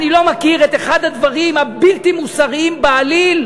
אני לא מכיר, אחד הדברים הבלתי-מוסריים בעליל,